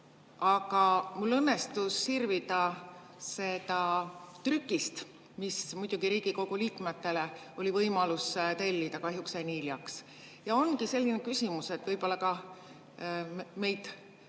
Mul õnnestus sirvida seda trükist, mida muidugi Riigikogu liikmetel oli võimalus tellida, aga kahjuks jäin hiljaks. Ja ongi selline küsimus, võib-olla ka meid